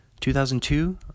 2002